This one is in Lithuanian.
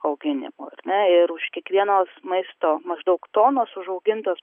auginimo na ir už kiekvienos maisto maždaug tonos užaugintos